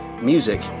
Music